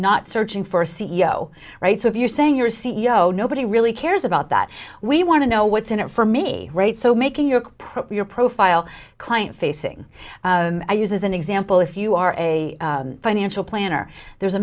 not searching for a c e o right so if you're saying you're a c e o nobody really cares about that we want to know what's in it for me right so making your procure profile client facing i use as an example if you are a financial planner there's a